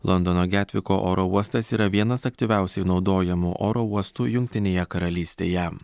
londono getviko oro uostas yra vienas aktyviausiai naudojamų oro uostų jungtinėje karalystėje